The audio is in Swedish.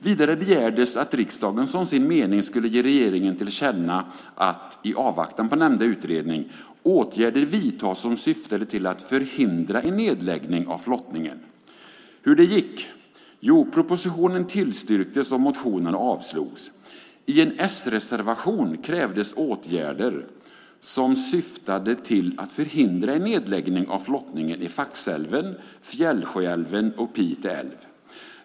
Vidare begärdes att riksdagen som sin mening skulle ge regeringen till känna att - i avvaktan på nämnda utredning - åtgärder vidtogs som syftade till att förhindra en nedläggning av flottningen. Hur det gick? Jo, propositionen tillstyrktes och motionerna avslogs. I en s-reservation krävdes åtgärder som syftade till att förhindra en nedläggning av flottningen i Faxälven, Fjällsjöälven och Pite älv.